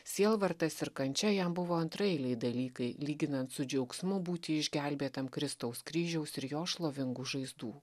sielvartas ir kančia jam buvo antraeiliai dalykai lyginant su džiaugsmu būti išgelbėtam kristaus kryžiaus ir jo šlovingų žaizdų